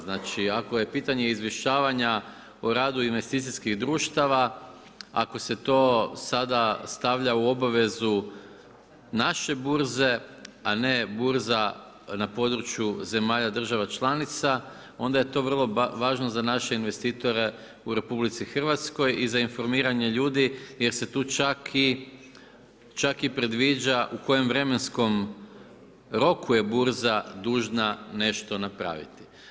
Znači, ako je pitanje izvješćivanja o radu investicijskih društava, ako se to sada stavlja u obavezu naše bure, a ne burza na području zemalja država članica, onda je to vrlo važno za naše investitore u RH i za informiranje ljudi, jer se tu čak i predviđa u kojem vremenskom roku je burza dužna nešto napraviti.